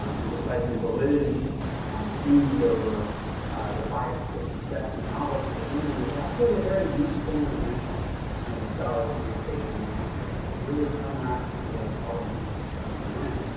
emphasizing validity and speed over the bias to success and novelty, again, is actually a very useful intervention in and the scholarly communication landscape. it really counteracts some of the other problems i'm going to describe in a minute.